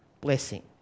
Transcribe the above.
blessing